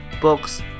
books